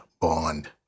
Bond